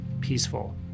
peaceful